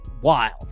wild